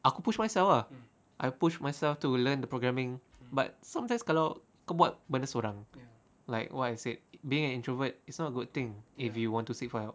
aku push myself ah I push myself to learn the programming but sometimes kalau kau buat benda sorang like what I said being an introvert is not a good thing if you want to seek for help